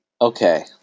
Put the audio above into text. Okay